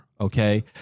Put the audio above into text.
Okay